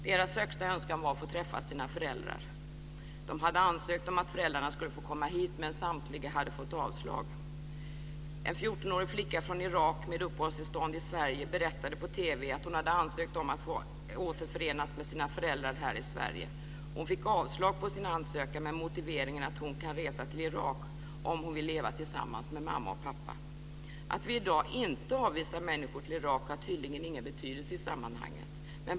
Deras högsta önskan var att få träffa sina föräldrar. De hade ansökt om att föräldrarna skulle få komma hit, men samtliga hade fått avslag. En 14-årig flicka från Irak med uppehållstillstånd i Sverige berättade på TV att hon hade ansökt om att få återförenas med sina föräldrar här i Sverige. Hon fick avslag på sin ansökan med motiveringen att hon kan resa till Irak om hon vill leva tillsammans med mamma och pappa. Att Sverige i dag inte avvisar människor till Irak har tydligen ingen betydelse i sammanhanget.